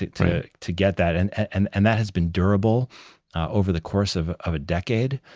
to to get that. and and and that has been durable over the course of of a decade.